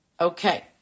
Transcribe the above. Okay